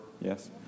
Yes